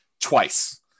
twice